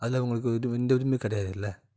அதில் உங்களுக்கு எந்த உரிமையும் கிடையாது இல்லை